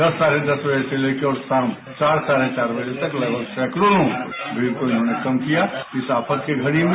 दस साढ़े दस बजे से लेकर और शाम चार साढ़े चार बजे तक लगभग सैकड़ों लोगों की भीड़ को उन्होंने कम किया इस आफत की घड़ी में